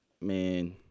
man